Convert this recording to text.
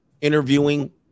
interviewing